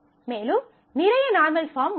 மேலும் நிறைய normal form உள்ளன